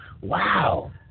wow